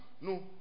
no